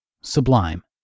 Sublime